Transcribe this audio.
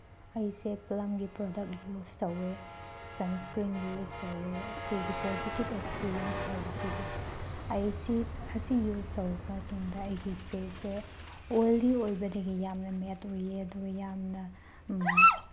ꯑꯩꯁꯦ ꯄ꯭ꯂꯝꯒꯤ product use ꯇꯧꯋꯦ ꯁꯟꯏꯁꯀ꯭ꯔꯤꯟ ꯌꯨꯁ ꯇꯧꯋꯦ ꯑꯁꯤꯒꯤ ꯄꯣꯖꯤꯇꯤꯞ ꯑꯦꯛꯁꯄꯤꯔꯤꯌꯦꯟꯁ ꯍꯥꯏꯕꯁꯤꯗꯤ ꯑꯩ ꯑꯁꯤ ꯌꯨꯁ ꯇꯧꯈ꯭ꯔ ꯃꯇꯨꯡꯗ ꯑꯩꯒꯤ ꯐꯦꯁꯁꯦ ꯑꯣꯏꯂꯤ ꯑꯣꯏꯕꯗꯒꯤ ꯌꯥꯝꯅ ꯃꯦꯠ ꯑꯣꯏꯌꯦ ꯑꯗꯨꯒ ꯌꯥꯝꯅ